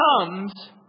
comes